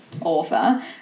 author